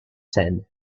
ten